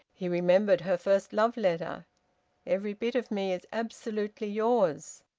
he remembered her first love-letter every bit of me is absolutely yours.